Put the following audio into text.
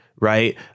Right